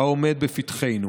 העומד בפתחנו.